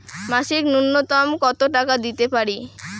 মাসিক নূন্যতম কত টাকা দিতে পারি?